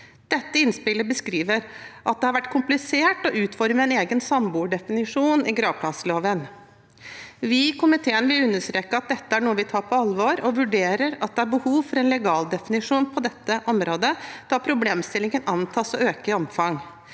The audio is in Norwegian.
Dette innspillet beskriver at det har vært komplisert å utforme en egen samboerdefinisjon i gravplassloven. Vi i komiteen vil understreke at dette er noe vi tar på alvor, og vurderer at det er behov for en legaldefinisjon på dette området, da problemstillingen antas å øke i omfang.